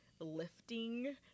lifting